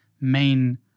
main